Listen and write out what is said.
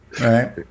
Right